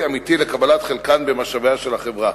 אמיתי לקבלת חלקן במשאביה של החברה.